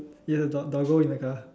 you have a dog doggo in the car